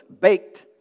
baked